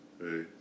Hey